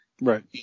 Right